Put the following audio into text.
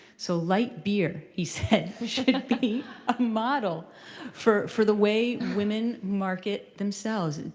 so light beer, he said, should be ah be a model for for the way women market themselves.